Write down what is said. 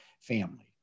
family